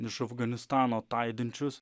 iš afganistano ataidinčius